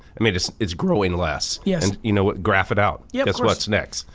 i mean it's it's growing less. yeah and you know what, graph it out, yeah guess what's next.